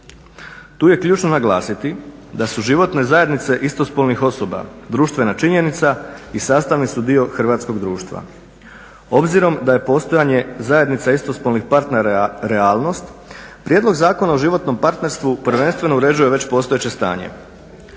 Tu je ključno naglasiti da su životne zajednice istospolnih osoba društvena činjenica i sastavni su dio hrvatskog društva. Obzirom da je postojanje zajednica istospolnih partnera realnost Prijedlog zakona o životnom partnerstvu prvenstveno uređuje već postojeće stanje.